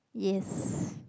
yes